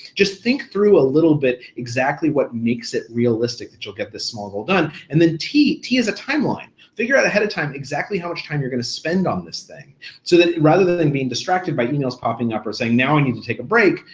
just think through a little bit exactly what makes it realistic that you'll get this small goal done, and then t, t is a timeline. figure out ahead of time exactly how much time you're gonna spend on this thing, so then rather than than being distracted by emails popping up or saying now i need to take a break,